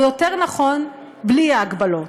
או יותר נכון בלי ההגבלות,